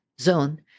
zone